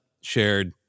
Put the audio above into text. shared